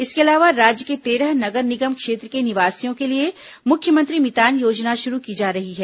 इसके अलावा राज्य के तेरह नगर निगम क्षेत्र के निवासियों के लिये मुख्यमंत्री मितान योजना शुरू की जा रही है